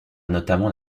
notamment